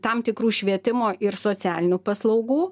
tam tikrų švietimo ir socialinių paslaugų